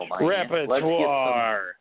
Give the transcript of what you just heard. Repertoire